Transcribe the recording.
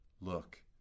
look